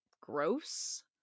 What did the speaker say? gross